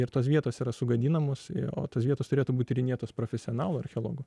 ir tos vietos yra sugadinamos o tos vietos turėtų būt tyrinėtos profesionalų archeologų